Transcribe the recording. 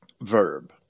verb